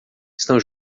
estão